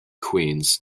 queens